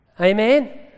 Amen